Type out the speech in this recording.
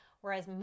whereas